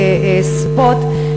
בספוט,